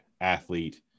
athlete